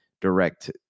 direct